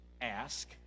ask